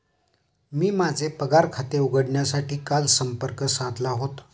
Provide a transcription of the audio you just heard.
मी माझे पगार खाते उघडण्यासाठी काल संपर्क साधला होता